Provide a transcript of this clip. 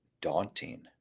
daunting